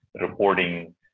reporting